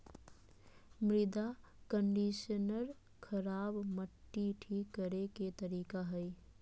मृदा कंडीशनर खराब मट्टी ठीक करे के तरीका हइ